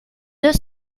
deux